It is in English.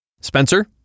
Spencer